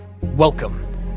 Welcome